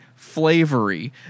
flavory